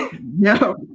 no